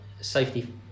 safety